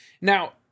Now